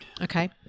Okay